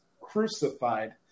Crucified